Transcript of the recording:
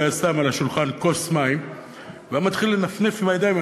הוא היה שם על השולחן כוס מים והיה מתחיל לנפנף עם הידיים.